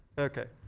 ok.